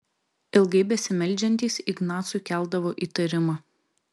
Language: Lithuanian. ilgai besimeldžiantys ignacui keldavo įtarimą